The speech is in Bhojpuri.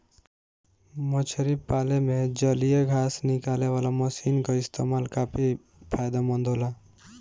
मछरी पाले में जलीय घास निकालेवाला मशीन क इस्तेमाल काफी फायदेमंद होला